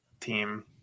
team